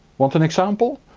want an example?